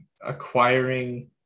acquiring